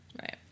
Right